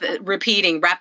repeating